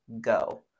go